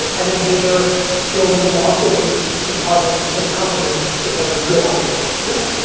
i think beener building marketing departments within companies is like a good idea. yeah,